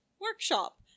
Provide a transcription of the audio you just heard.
workshop